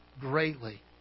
greatly